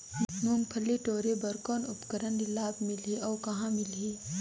मुंगफली टोरे बर कौन उपकरण ले लाभ मिलही अउ कहाँ मिलही?